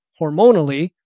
hormonally